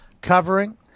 covering